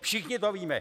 Všichni to víme.